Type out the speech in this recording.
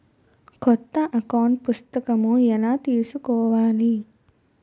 కొత్త అకౌంట్ పుస్తకము ఎలా తీసుకోవాలి?